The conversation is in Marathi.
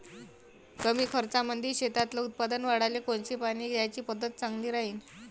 कमी खर्चामंदी शेतातलं उत्पादन वाढाले कोनची पानी द्याची पद्धत चांगली राहीन?